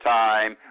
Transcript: time